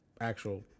actual